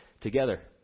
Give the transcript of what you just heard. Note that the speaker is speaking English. together